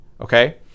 okay